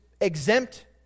exempt